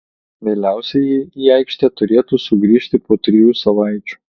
vėliausiai jie į aikštę turėtų sugrįžti po trijų savaičių